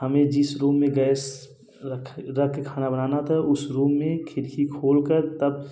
हमें जिस रूम में गैस रख रख कर खाना बनाना था उस रूम में खिड़की खोल कर तब